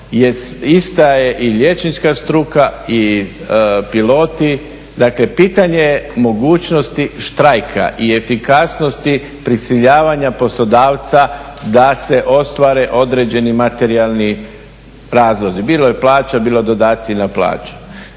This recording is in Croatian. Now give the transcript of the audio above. ista je i liječnička struka i piloti, dakle pitanje mogućnosti štrajka i efikasnosti prisiljavanja poslodavca da se ostvare određeni materijalni razlozi, bilo plaća, bilo dodaci na plaći.